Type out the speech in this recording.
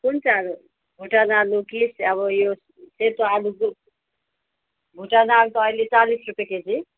कुन चाहिँ आलु भुटान आलु कि अब यो सेतो आलु जो भुटान आलु त अहिले चालिस रुपियाँ केजी